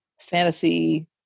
fantasy